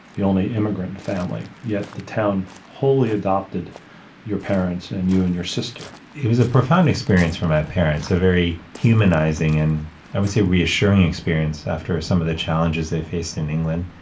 the only immigrant family, yet the town wholly adopted your parents and you and your sister. it was a profound experience for my parents, a very humanizing and i would say a reassuring experience after some of the challenges they faced in england.